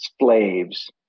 slaves